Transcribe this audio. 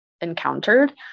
encountered